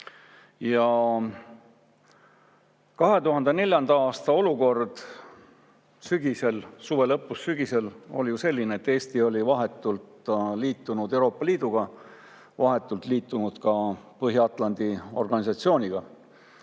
2004. aastasse. 2004. aasta suve lõpus ja sügisel oli ju olukord selline, et Eesti oli vahetult liitunud Euroopa Liiduga ja vahetult liitunud ka Põhja-Atlandi organisatsiooniga.